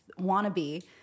Wannabe